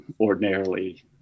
ordinarily